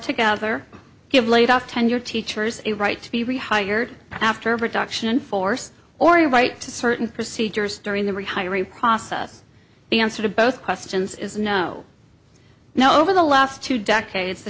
together give laid off tenured teachers a right to be rehired after production force or a right to certain procedures during the rehiring process the answer to both questions is no now over the last two decades t